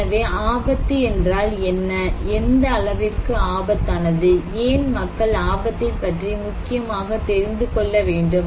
எனவே ஆபத்து என்றால் என்ன எந்த அளவிற்கு ஆபத்தானது ஏன் மக்கள் ஆபத்தைப் பற்றி முக்கியமாக தெரிந்துகொள்ள வேண்டும்